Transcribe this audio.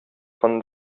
von